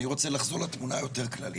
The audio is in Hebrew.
אני רוצה לחזור לתמונה הכללית.